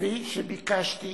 כפי שביקשתי